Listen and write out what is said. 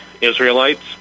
Israelites